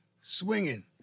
swinging